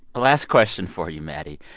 last question for you, maddie.